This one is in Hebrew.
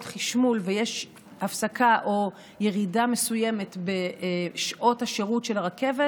חשמול ויש הפסקה או ירידה מסוימת בשעות השירות של הרכבת,